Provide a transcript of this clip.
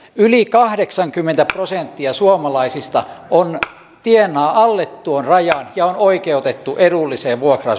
yli kahdeksankymmentä prosenttia suomalaisista tienaa alle tuon rajan ja on oikeutettu edulliseen vuokra